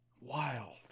Wild